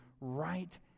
right